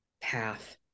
path